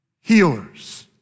healers